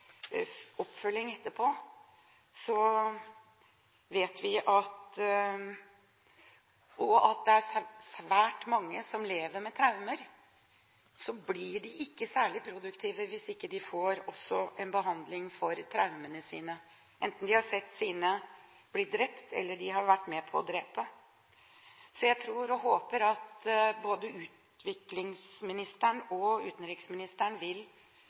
oppfølging etterpå, at det er svært mange som lever med traumer, og de blir ikke særlig produktive hvis de ikke får en behandling for traumene sine – enten de har sett sine egne bli drept, eller de har vært med på å drepe. Så jeg tror og håper at både utviklingsministeren og utenriksministeren vil